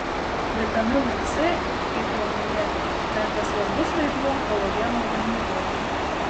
vitaminui c kaip jau minėta tenka svarbus vaidmuo kolageno gamyboje